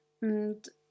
und